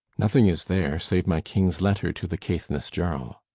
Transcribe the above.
nothing is there, save my king's letter to the caithness jarl.